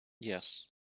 Yes